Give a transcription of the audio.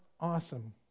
awesome